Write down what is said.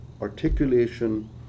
articulation